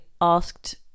asked